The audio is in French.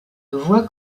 voit